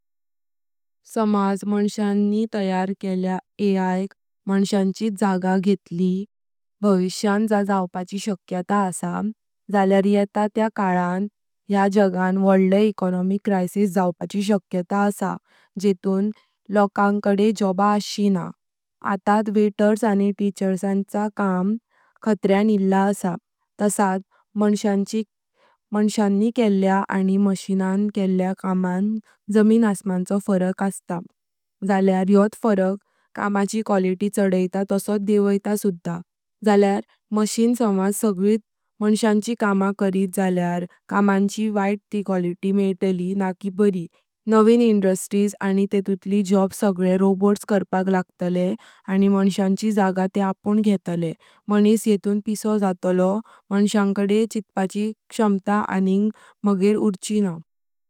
समाज मांशनंनी तयार केलेल्या एआय मांश्यांचीत जागा घेतली भविष्यां जावपाचि शक्यताय आस जाल्यार येता ता कलां या जगां वड्ले इकोनोमिक्स क्राइसिस जावपाचि शक्यतं असा जेऊन लोकांक कडे जॉबां आषीचि न्हा आतांथ वेटर्स आनी टीचर्सांचे काम खत्यान इल्ला अस्सा। तसतं मांशनांनी केले आनी मशीननां केले कामाई जमीन आसमानकां फरक असता जाल्यार योत फरक कामाची क्वालिटी चडायत तसोत देवायत सुधा जाल्यार मशीन समाज सगलित मांमानित कामा कारित जाल्यार कामाची वैत ती क्वालिटी मेइतली न्हा की बारी। नवीन इंडस्ट्रिज आनी तेथूतली जॉबस सग्ले रोबॉट्स करपाक लागताले आनी मांशनंनी जागा ते अपन घेतले मानीस येतुन पिसो जातलो मांश्याकडे चित्पाची क्षमतां अणिंग मगेरी उरचि न्हा।